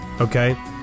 Okay